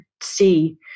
see